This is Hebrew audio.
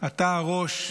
אתה הראש,